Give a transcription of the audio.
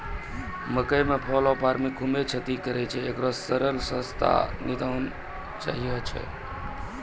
मकई मे fall of army खूबे क्षति करेय छैय, इकरो सस्ता आरु सरल निदान चाहियो छैय?